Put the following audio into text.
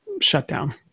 shutdown